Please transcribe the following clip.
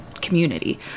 community